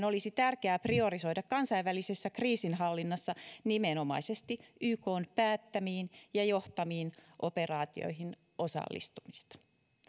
olisi tärkeää priorisoida kansainvälisessä kriisinhallinnassa nimenomaisesti ykn päättämiin ja johtamiin operaatioihin osallistumista